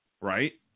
right